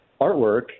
artwork